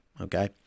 Okay